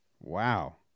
Wow